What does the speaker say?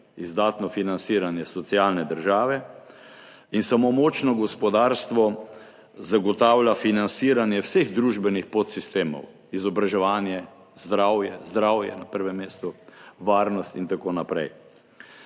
izdatno financiranje socialne države. Samo močno gospodarstvo zagotavlja financiranje vseh družbenih podsistemov: izobraževanje, zdravje, zdravje na prvem mestu, varnost in tako naprej.